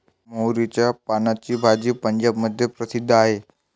मोहरीच्या पानाची भाजी पंजाबमध्ये प्रसिद्ध आहे